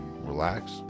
relax